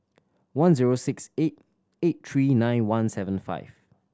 one zero six eight eight three nine one seven five